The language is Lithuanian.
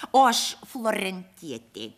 o aš florentietė